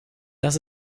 das